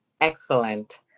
excellent